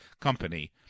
company